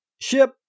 ship